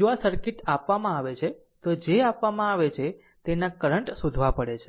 જો આ સર્કિટ આપવામાં આવે છે તો જે આપવામાં આવે છે તેના કરંટ શોધવા પડે છે